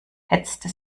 hetzte